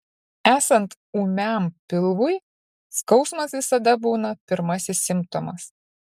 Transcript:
esant ūmiam pilvui skausmas visada būna pirmasis simptomas